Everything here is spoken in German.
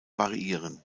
variieren